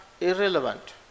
irrelevant